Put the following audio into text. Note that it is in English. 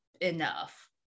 enough